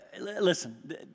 Listen